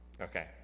Okay